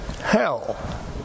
hell